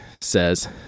says